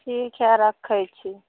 ठीक हइ रखै छी